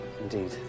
Indeed